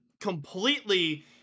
completely